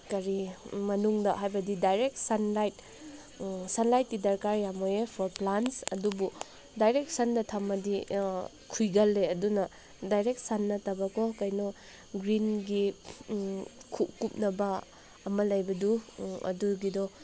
ꯀꯔꯤ ꯃꯅꯨꯡꯗ ꯍꯥꯏꯕꯗꯤ ꯗꯥꯏꯔꯦꯛ ꯁꯟ ꯂꯥꯏꯠ ꯁꯟ ꯂꯥꯏꯠꯇꯤ ꯗꯔꯀꯥꯔ ꯌꯥꯝ ꯑꯣꯏꯌꯦ ꯐꯣꯔ ꯄ꯭ꯂꯥꯟꯁ ꯑꯗꯨꯕꯨ ꯗꯥꯏꯔꯦꯛ ꯁꯟꯗ ꯊꯝꯃꯗꯤ ꯈꯨꯏꯒꯜꯂꯦ ꯑꯗꯨꯅ ꯗꯥꯏꯔꯦꯛ ꯁꯟ ꯅꯠꯇꯕꯀꯣ ꯀꯩꯅꯣ ꯒ꯭ꯔꯤꯟꯒꯤ ꯀꯨꯞꯅꯕ ꯑꯃ ꯂꯩꯕꯗꯨ ꯑꯗꯨꯒꯤꯗꯣ